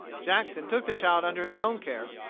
jackson took the child under his own care,